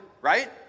right